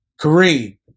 Kareem